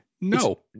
No